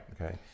Okay